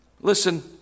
Listen